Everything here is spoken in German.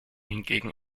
hingegen